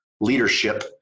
leadership